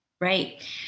Right